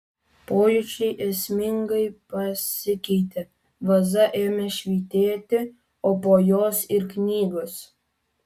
pojūčiai esmingai pasikeitė vaza ėmė švytėti o po jos ir knygos